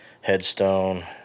Headstone